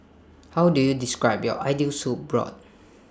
how do you describe your ideal soup broth